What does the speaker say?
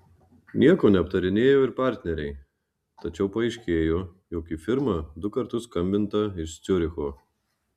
nieko neaptarinėjo ir partneriai tačiau paaiškėjo jog į firmą du kartus skambinta iš ciuricho